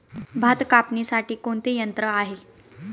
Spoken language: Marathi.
भात कापणीसाठी कोणते यंत्र आहे?